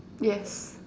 yes